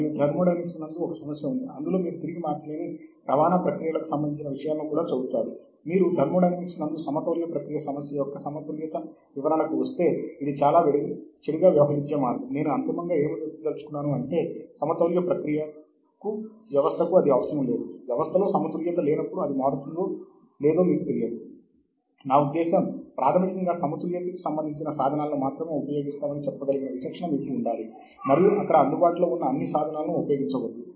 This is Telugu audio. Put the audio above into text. మరియు DOI సంఖ్యను యుఆర్ఎల్ అనువదించే సంస్థ ఉంది పూర్తి నిర్దిష్ట వనరులు అందుబాటులో ఉంటాయి